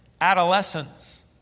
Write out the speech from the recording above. adolescence